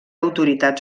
autoritat